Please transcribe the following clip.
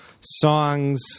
songs